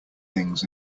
things